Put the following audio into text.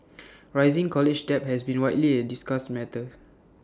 rising college debt has been widely A discussed matter